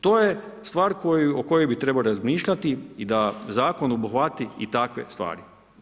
To je stvar o kojoj bi trebalo razmišljati i da zakon obuhvati i takve stvari.